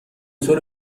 طور